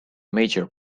major